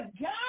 God